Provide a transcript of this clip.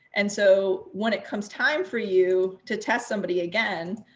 and so when it comes time for you to test somebody again.